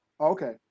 Okay